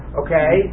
okay